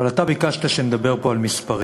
אבל אתה ביקשת שנדבר פה על מספרים.